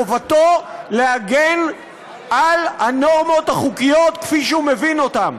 חובתו להגן על הנורמות החוקיות כפי שהוא מבין אותן,